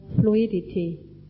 fluidity